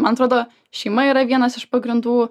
man atrodo šeima yra vienas iš pagrindų